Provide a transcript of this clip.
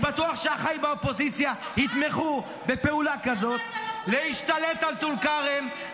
חברת הכנסת בן ארי, לא להפריע.